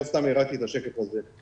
לא סתם הראיתי את השקף הזה.